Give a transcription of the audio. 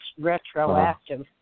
retroactive